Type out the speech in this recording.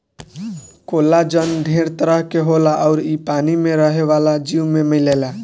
collagen ढेर तरह के होला अउर इ पानी में रहे वाला जीव में मिलेला